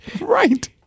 Right